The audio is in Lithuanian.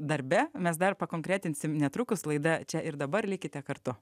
darbe mes dar pakonkretinsim netrukus laida čia ir dabar likite kartu